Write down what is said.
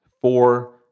four